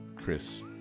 Chris